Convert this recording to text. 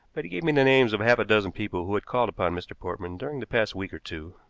but he gave me the names of half a dozen people who had called upon mr. portman during the past week or two.